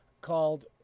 called